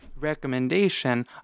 recommendation